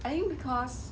I think because